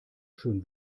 schön